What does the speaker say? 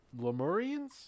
Lemurians